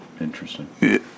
Interesting